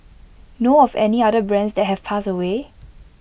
know of any other brands that have passed away